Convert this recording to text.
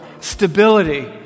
stability